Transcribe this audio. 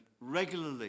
regularly